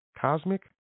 Cosmic